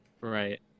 Right